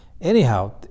Anyhow